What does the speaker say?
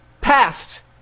passed